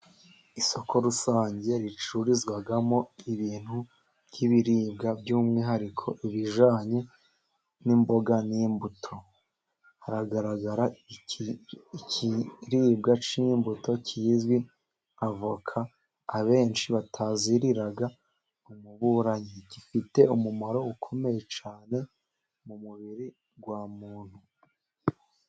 Isoko rusange ricururizwamo ibintu nk'ibiribwa by'umwihariko ibijyanye n'imboga n'imbuto, haragaragara ikiribwa cy'imbuto kizwi nka avoka abenshi batazirira umuburanyi, gifite umumaro ukomeye cyane mu mubiri w'umuntu.